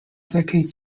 decade